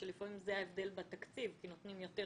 שלפעמים זה ההבדל בתקציב כי נותנים יותר